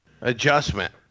adjustment